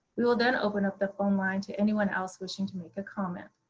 we will then open up the phone line to anyone else wishing to make a comment.